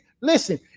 listen